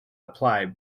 apply